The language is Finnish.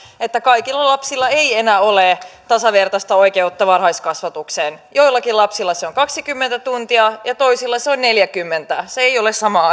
että kaikilla lapsilla ei enää ole tasavertaista oikeutta varhaiskasvatukseen joillakin lapsilla se on kaksikymmentä tuntia ja toisilla se on neljäkymmentä se ei ole sama